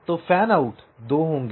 तो fan out दो होंगे